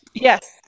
Yes